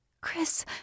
Chris